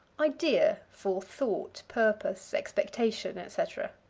idea for thought, purpose, expectation, etc.